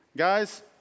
Guys